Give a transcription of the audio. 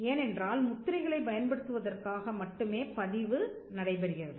ஏனென்றால் முத்திரைகளை பயன்படுத்துவதற்காக மட்டுமே பதிவு நடைபெறுகிறது